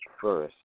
first